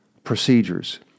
Procedures